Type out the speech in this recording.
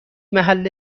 محل